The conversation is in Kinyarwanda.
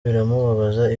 biramubabaza